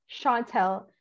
Chantel